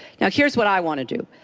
now, here's what i want to do.